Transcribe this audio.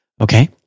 Okay